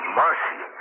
mercy